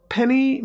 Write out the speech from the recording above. Penny